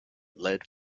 led